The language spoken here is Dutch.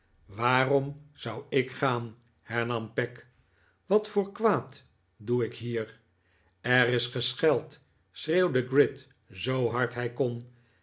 waarom zou ik gaan hernam peg wat voor kwaad doe ik hier er is gescheld schreeuwde gride zoo hard hij kon